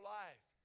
life